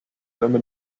immer